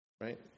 Right